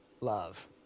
love